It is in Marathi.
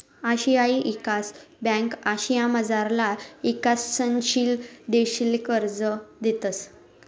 आशियाई ईकास ब्यांक आशियामझारला ईकसनशील देशसले कर्ज देतंस